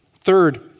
Third